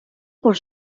por